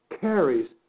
carries